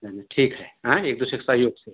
यानी ठीक है हाँ एक दूसरे के सहयोग से